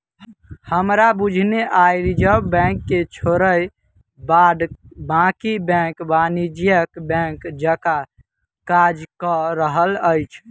हमरा बुझने आइ रिजर्व बैंक के छोइड़ बाद बाँकी बैंक वाणिज्यिक बैंक जकाँ काज कअ रहल अछि